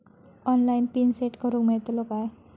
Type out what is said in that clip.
Online PIN set करूक मेलतलो काय?